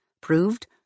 proved